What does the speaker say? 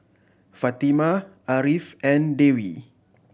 Fatimah Ariff and Dewi